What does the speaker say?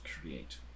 create